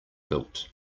built